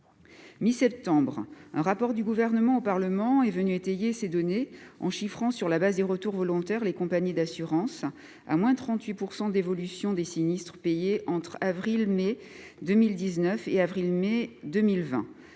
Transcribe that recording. mi-septembre, un rapport du Gouvernement remis au Parlement est venu étayer ces données, en évaluant, sur la base des retours volontaires des compagnies d'assurances, à moins 38 % l'évolution des sinistres automobiles payés entre avril-mai 2019 et avril-mai 2020